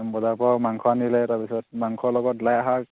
বজাৰৰপৰা মাংস আনিলে তাৰপিছত মাংসৰ লগত লাইশাক